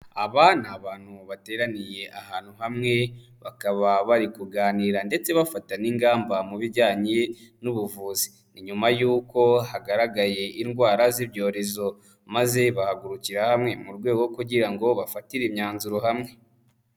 Aba ni abantu bateraniye ahantu hamwe bakaba bari kuganira ndetse bafata n'ingamba mu bijyanye n'ubuvuzi, ni nyuma yuko hagaragaye indwara z'ibyorezo maze bahagurukira hamwe mu rwego kugira ngo bafatire imyanzuro hamwe.